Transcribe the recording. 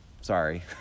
sorry